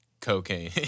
cocaine